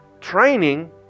training